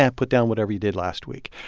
yeah put down whatever you did last week.